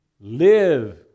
Live